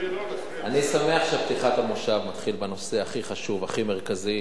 אני שמח שפתיחת המושב מתחילה בנושא הכי חשוב ומרכזי,